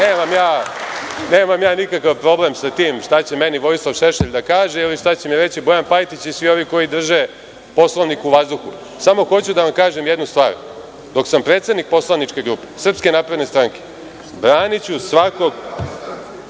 Nemam ja nikakav problem sa tim šta će meni Vojislav Šešelj da kaže ili šta će mi reći Bojan Pajtić i svi ovi koji drže Poslovnik u vazduhu, samo hoću da vam kažem jednu stvar, dok sam predstavnik Poslaničke grupe SNS, braniću poslanika SNS svakog,